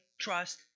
trust